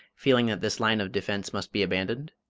feeling that this line of defence must be abandoned,